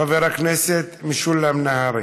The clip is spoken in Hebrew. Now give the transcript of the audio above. חבר הכנסת משולם נהרי.